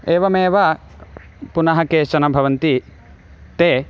एवमेव पुनः केचन भवन्ति ते